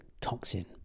toxin